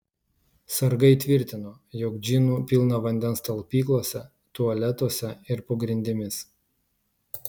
sargai tvirtino jog džinų pilna vandens talpyklose tualetuose ir po grindimis